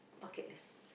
bucket list